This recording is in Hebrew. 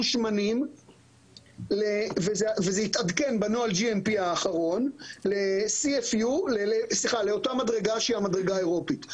שמנים וזה יתעדכן בנוהל GMP האחרון לאותה מדרגה שהיא מדרגה אירופית,